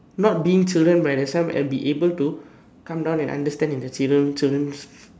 not being children by themselves and be able to come down and understand in their children children's